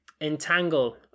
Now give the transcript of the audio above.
entangle